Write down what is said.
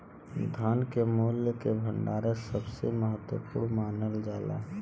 धन के मूल्य के भंडार सबसे महत्वपूर्ण मानल जाला